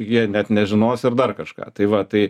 jie net nežinos ir dar kažką tai va tai